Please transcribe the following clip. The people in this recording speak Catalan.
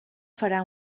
farà